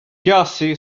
gussie